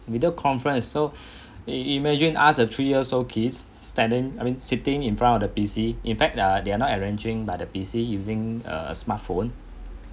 video conference so imagine ask a three years old kids standing I mean sitting in front of the P_C in fact ah they are not arranging by the P_C uh using a smartphone